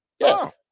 Yes